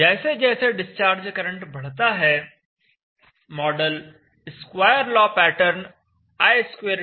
जैसे जैसे discharge current बढ़ता है model square law pattern i2tC हो जाता है